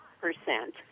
percent